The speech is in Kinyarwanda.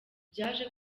byaje